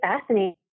fascinating